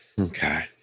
Okay